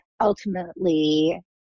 ultimately